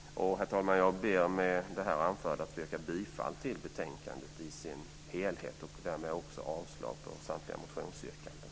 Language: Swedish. Herr talman! Jag ber att få yrka bifall till förslaget i betänkandet och avslag på samtliga motionsyrkanden.